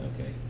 okay